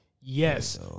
Yes